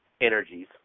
energies